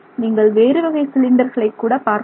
நீங்கள் வேறு வகை சிலிண்டர்களை கூட பார்க்கலாம்